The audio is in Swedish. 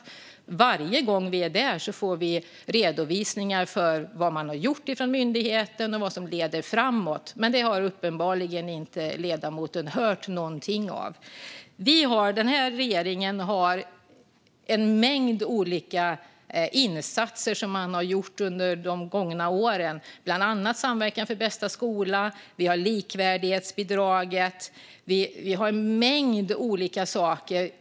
Varje gång vi är där får vi redovisningar av vad man har gjort från myndigheten och vad som leder framåt. Men ledamoten har uppenbarligen inte hört någonting av det. Denna regering har gjort en mängd olika insatser under de gångna åren, bland annat samverkan för bästa skola. Vi har likvärdighetsbidraget, och vi har en mängd olika saker.